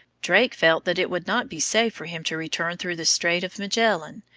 drake felt that it would not be safe for him to return through the strait of magellan,